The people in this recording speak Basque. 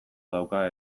dauka